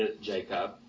Jacob